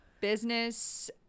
Business